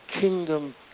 kingdom